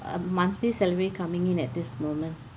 a monthly salary coming in at this moment